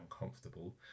uncomfortable